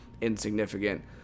insignificant